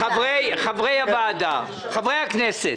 חברי הכנסת,